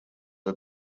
are